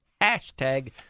Hashtag